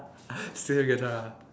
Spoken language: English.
steal the guitar ah